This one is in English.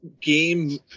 game